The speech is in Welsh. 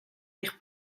eich